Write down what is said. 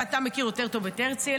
ואתה מכיר יותר טוב את הרצי,